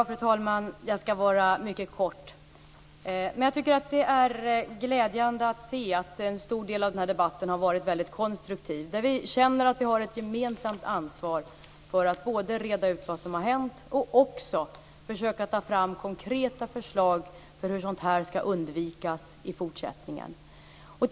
Fru talman! Jag skall fatta mig mycket kort. Det är glädjande att se att den här debatten till stor del har varit väldigt konstruktiv. Vi känner att vi har ett gemensamt ansvar för att både reda ut vad som har hänt och försöka ta fram konkreta förslag för hur sådant här i fortsättningen skall undvikas.